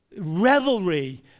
revelry